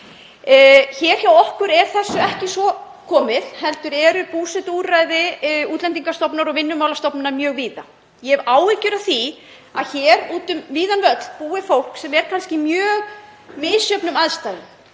Hjá okkur er þessu ekki svo fyrir komið heldur eru búsetuúrræði Útlendingastofnunar og Vinnumálastofnunar mjög víða. Ég hef áhyggjur af því að úti um víðan völl búi fólk sem er kannski í mjög misjöfnum aðstæðum